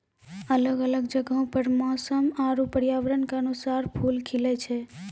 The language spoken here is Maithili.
अलग अलग जगहो पर मौसम आरु पर्यावरण क अनुसार फूल खिलए छै